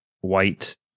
white